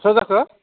सोर जाखो